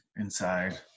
inside